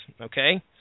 okay